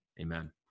Amen